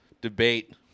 debate